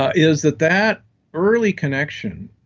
ah is that that early connection,